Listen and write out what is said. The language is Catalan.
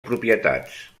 propietats